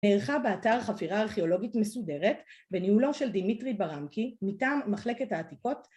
נערכה באתר חפירה ארכיאולוגית מסודרת בניהולו של דמיטרי ברמקי, מטעם מחלקת העתיקות